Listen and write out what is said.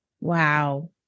Wow